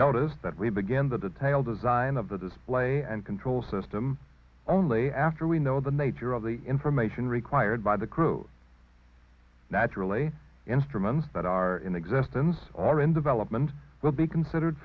notice that we began the detailed design of the display and control system only after we know the nature of the information required by the crew naturally instruments that are in existence or in development will be considered